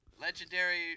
legendary